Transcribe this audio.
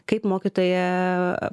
kaip mokytoja